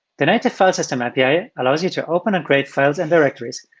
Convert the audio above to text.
the native file system api allows you to open and create files and directories,